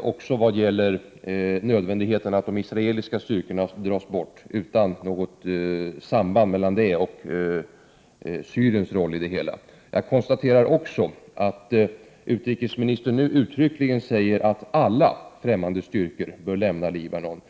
också vad gäller nödvändigheten av att de israeliska styrkorna dras bort utan att det råder något samband med detta och Syriens roll i det hela. Jag konstaterar vidare att utrikesministern nu uttryckligen säger att alla främmande styrkor bör lämna Libanon.